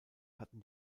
hatten